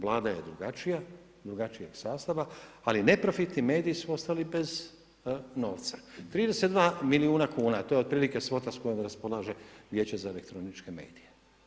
Vlada je drugačijeg sastava, ali neprofitni mediji su ostali bez novca, 32 milijuna kuna, to je otprilike svota s kojom raspolaže Vijeće za elektroničke medije.